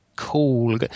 Cool